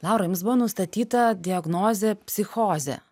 laura jums buvo nustatyta diagnozė psichozė